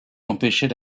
empêcher